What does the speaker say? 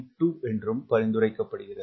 2 என்றும் பரிந்துரைக்கப்படுகிறது